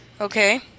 Okay